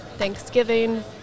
Thanksgiving